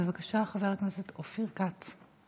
בבקשה, חבר הכנסת אופיר כץ.